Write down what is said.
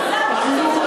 מה